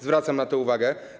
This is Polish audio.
Zwracam na to uwagę.